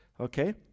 Okay